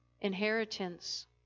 inheritance